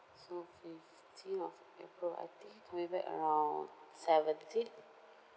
so fifteen of april I think coming back around seventeen